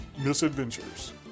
misadventures